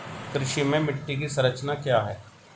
कृषि में मिट्टी की संरचना क्या है?